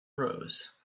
rose